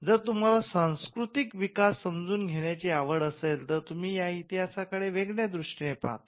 जर तुम्हाला सांस्कृतिक विकास समजून घेण्याची आवड असेल तर तुम्ही या इतिहासाकडे वेगळ्या दृष्टीने पाहता